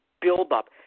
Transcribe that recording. buildup